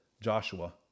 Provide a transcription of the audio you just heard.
Joshua